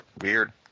weird